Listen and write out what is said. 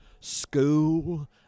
school